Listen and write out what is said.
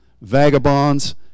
vagabonds